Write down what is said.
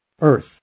Earth